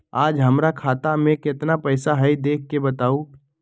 आज हमरा खाता में केतना पैसा हई देख के बताउ?